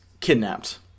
kidnapped